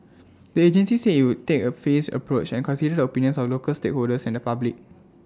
the agency said IT will take A phased approach and consider the opinions of local stakeholders and the public